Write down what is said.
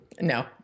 no